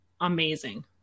amazing